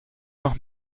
noch